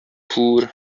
poor